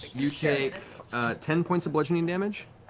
you take ten points of bludgeoning damage.